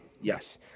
yes